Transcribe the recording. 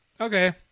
Okay